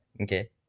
Okay